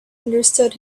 understood